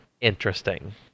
interesting